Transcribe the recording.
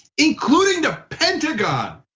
including the pentagon.